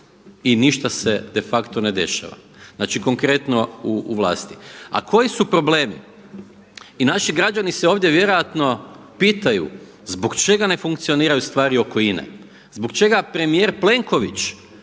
i ništa se de facto ne dešava, znači konkretno u Vladi. A koji su problemi? I naši građani se ovdje vjerojatno pitaju zbog čega ne funkcioniraju stvari oko INA-e, zbog čega premijer Plenković